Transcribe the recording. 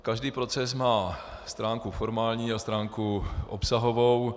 Každý proces má stránku formální a stránku obsahovou.